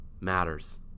matters